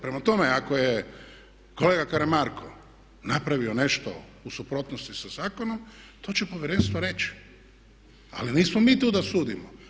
Prema tome, ako je kolega Karamarko napravio nešto u suprotnosti sa zakonom to će povjerenstvo reći, ali nismo mi tu da sudimo.